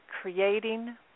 creating